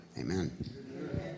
Amen